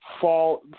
fall